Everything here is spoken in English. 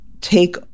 take